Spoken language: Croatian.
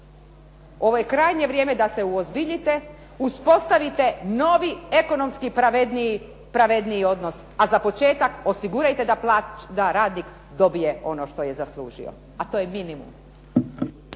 Ovo je krajnje vrijeme da se uozbiljite, uspostavite novi ekonomski pravedniji odnos, a za početa osigurajte da radnik dobije ono što je zaslužio, a to je minimum.